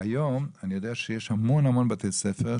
היום אני יודע שיש המון בתי ספר,